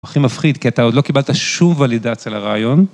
הכי מפחיד כי אתה עוד לא קיבלת שום ולידציה על הרעיון.